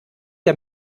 der